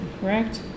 correct